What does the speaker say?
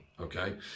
okay